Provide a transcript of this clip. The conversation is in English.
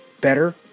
Better